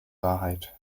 wahrheit